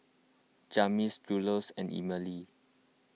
Jasmyn Julious and Emily